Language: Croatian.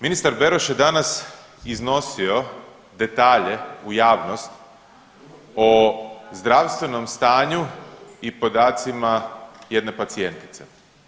Ministar Beroš je danas iznosio detalje u javnost o zdravstvenom stanju i podacima jedne pacijentice.